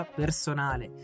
personale